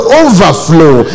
overflow